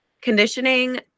Conditioning